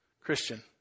Christian